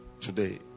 Today